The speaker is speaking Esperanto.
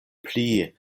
pli